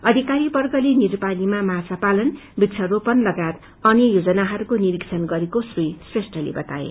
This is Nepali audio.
अधिकारी वर्गले निरपानीमा माछा पालन वृक्षारोपण लगायत अन्य योजनाहरूको निरिक्षण गरेको श्री श्रेष्टले बताए